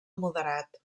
moderat